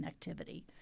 connectivity